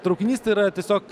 traukinys tai yra tiesiog